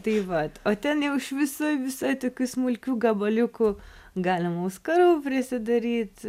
tai vat o ten jau iš viso visai tokių smulkių gabaliukų galima auskarų prisidaryt